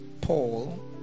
Paul